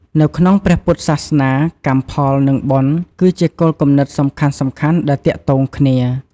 នៅក្នុងព្រះពុទ្ធសាសនា កម្មផល និង បុណ្យ គឺជាគោលគំនិតសំខាន់ៗដែលទាក់ទងគ្នា។